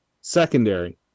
secondary